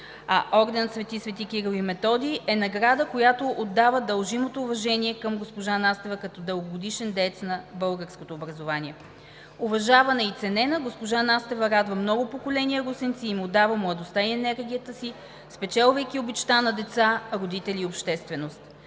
орденът „Св. св. Кирил и Методий“ е награда, която отдава дължимото уважение към госпожа Настева като дългогодишен деец на българското образование. Уважавана и ценена, госпожа Настева радва много поколения русенци и им отдава младостта и енергията си, спечелвайки обичта на деца, родители и общественост.